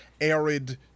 arid